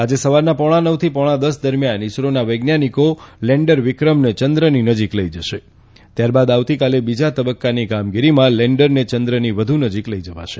આજે સવારના પોણા નવથી પોણા દસ દરમ્યાન ઇસરોના વૈજ્ઞાનિકો લેન્ડર વિક્રમને ચંદ્રની નજીક લઇ જશે ત્યારબાદ આવતીકાલે બીજા તબક્કાની કામગીરીમાં લેન્ડરને ચંદ્રની વધુ નજીક લઇ જવાશે